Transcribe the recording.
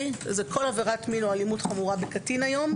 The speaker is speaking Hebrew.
זה כל עבירת מין או אלימות חמורה בקטין היום,